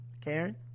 Karen